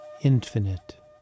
infinite